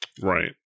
Right